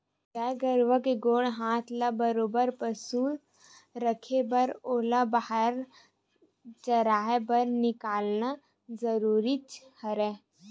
गाय गरुवा के गोड़ हात ल बरोबर पसुल रखे बर ओला बाहिर चराए बर निकालना जरुरीच रहिथे